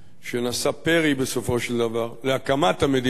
שנשא פרי בסופו של דבר, להקמת המדינה,